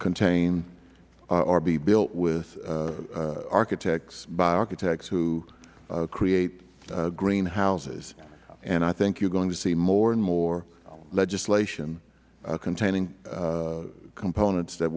contain or be built with architects by architects who create green houses and i think you're going to see more and more legislation containing components that